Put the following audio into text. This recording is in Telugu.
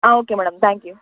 okay madam thank you